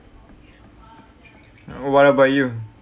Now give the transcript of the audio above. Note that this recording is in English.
oh what about you